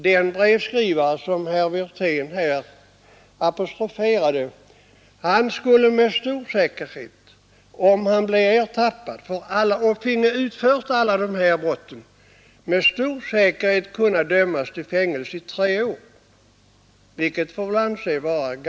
Den brevskrivare, som herr Wirtén här apostroferade, skulle, om han blev ertappad efter att ha utfört alla de där brotten, med stor säkerhet kunna dömas till fängelse i tre år, vilket väl får anses vara mmelser.